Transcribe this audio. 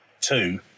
two